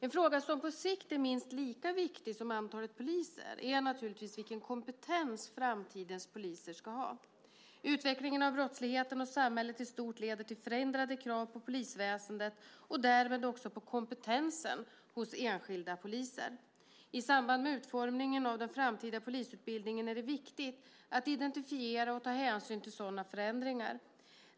En fråga som på sikt är minst lika viktig som antalet poliser är naturligtvis vilken kompetens framtidens poliser ska ha. Utvecklingen av brottsligheten och samhället i stort leder till förändrade krav på polisväsendet och därmed också på kompetensen hos enskilda poliser. I samband med utformningen av den framtida polisutbildningen är det viktigt att identifiera och ta hänsyn till sådana förändringar.